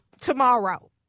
tomorrow